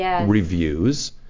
reviews